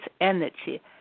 energy